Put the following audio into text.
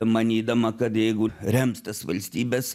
manydama kad jeigu rems tas valstybes